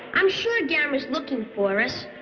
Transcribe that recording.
i'm sure gamera's looking for us.